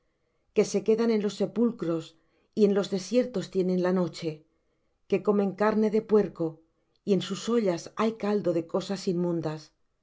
que se quedan en los sepulcros y en los desiertos tienen la noche que comen carne de puerco y en sus ollas hay caldo de cosas inmundas